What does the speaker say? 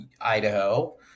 Idaho